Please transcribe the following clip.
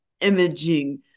imaging